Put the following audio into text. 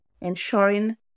ensuring